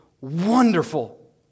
wonderful